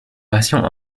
version